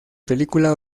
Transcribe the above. película